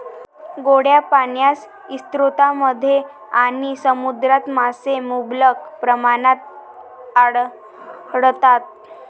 गोड्या पाण्याच्या स्रोतांमध्ये आणि समुद्रात मासे मुबलक प्रमाणात आढळतात